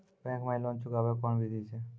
Bank माई loan चुकाबे के कोन बिधि छै?